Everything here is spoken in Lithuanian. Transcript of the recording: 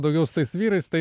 daugiau su tais vyrais tai